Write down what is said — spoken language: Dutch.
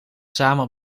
samen